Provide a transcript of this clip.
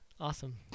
Awesome